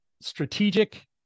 strategic